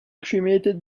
cremated